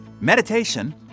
meditation